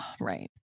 Right